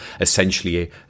essentially